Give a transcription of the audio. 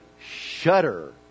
shudder